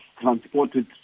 transported